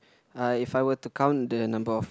I if I were to count the number of